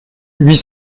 huit